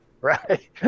right